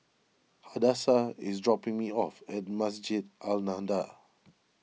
Hadassah is dropping me off at Masjid An Nahdhah